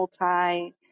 multi